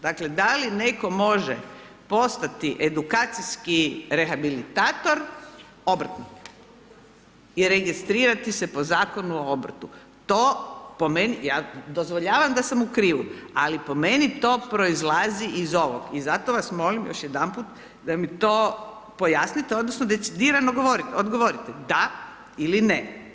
Dakle, da li netko može postati edukacijski rehabilitator obrtnik i registrirati se po Zakonu o obrtu, to po meni, ja dozvoljavam da sam u krivu, ali po meni to proizlazi iz ovog i zato vas molim još jedanput da mi to pojasnite odnosno decidirano odgovorite DA ili NE.